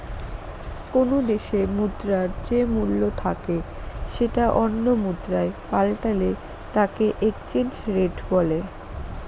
কোনো দেশে মুদ্রার যে মূল্য থাকে সেটা অন্য মুদ্রায় পাল্টালে তাকে এক্সচেঞ্জ রেট বলে